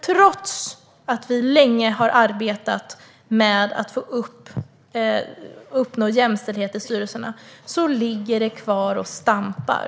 Trots att vi länge har arbetat med att uppnå jämställdhet i styrelserna står det och stampar.